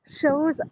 shows